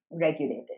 regulated